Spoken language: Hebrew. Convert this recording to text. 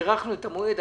הארכנו את המועד,